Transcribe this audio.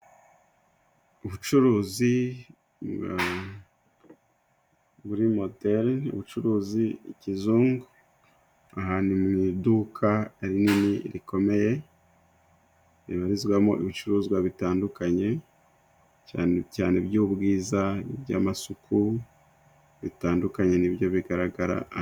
Ubucuruzi muri moteri ni ubucuruzi kizungu, ahantu mu iduka rinini rikomeye ribarizwamo ibicuruzwa bitandukanye, cyane cyane by'ubwiza, iby'amasuku bitandukanye ni byo bigaragara.